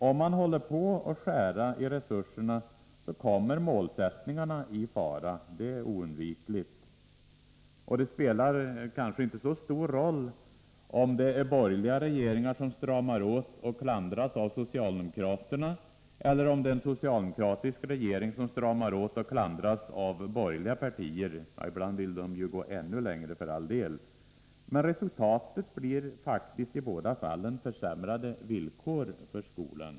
Om man håller på att skära i resurserna kommer målsättningarna i fara — det är oundvikligt. Det spelar kanske inte så stor roll om det är borgerliga regeringar som stramar åt och klandras av socialdemokraterna eller om det är en socialdemokratisk regering som stramar åt och klandras av borgerliga partier — även om de för all del ibland vill gå ännu längre. Resultatet blir faktiskt i båda fallen försämrade villkor för skolan.